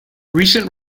recent